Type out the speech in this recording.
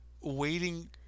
waiting